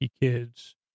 kids